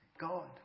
God